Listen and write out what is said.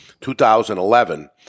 2011